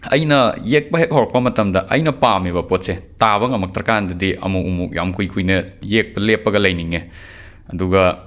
ꯑꯩꯅꯥ ꯌꯦꯛꯄ ꯍꯦꯛ ꯍꯧꯔꯛꯄ ꯃꯇꯝꯗ ꯑꯩꯅ ꯄꯥꯝꯃꯤꯕ ꯄꯣꯠꯁꯦ ꯇꯥꯕ ꯉꯝꯃꯛꯇ꯭ꯔꯀꯥꯟꯗꯗꯤ ꯑꯃꯨꯛ ꯑꯃꯨꯛ ꯌꯥꯝ ꯀꯨꯏ ꯀꯨꯏꯅ ꯌꯦꯞꯄ ꯂꯦꯞꯄꯒ ꯂꯩꯅꯤꯡꯉꯦ ꯑꯗꯨꯒ